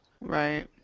Right